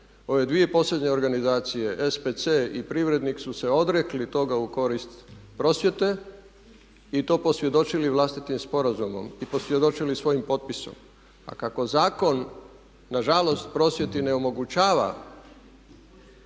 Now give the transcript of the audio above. Ove dvije posljednje organizacije SPC i Privrednik su se odrekli toga u korist Prosvjete i to posvjedočili vlastitim sporazumom i posvjedočili svojim potpisom. A kako zakon nažalost Prosvjeti ne omogućava